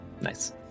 Nice